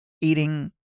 eating